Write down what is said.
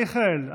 מיכאל,